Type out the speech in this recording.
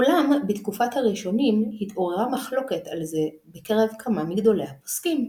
אולם בתקופת הראשונים התעוררה מחלוקת על זה בקרב כמה מגדולי הפוסקים.